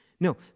No